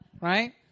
right